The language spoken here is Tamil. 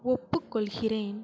ஒப்புக்கொள்கிறேன்